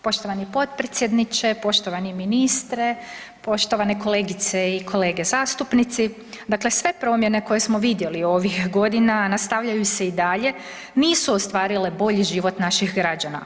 Poštovani potpredsjedniče, poštovani ministre, poštovane kolegice i kolege zastupnici, dakle sve promjene koje smo vidjeli ovih godina nastavljaju se i dalje, nisu ostvarile bolji život naših građana.